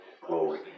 Glory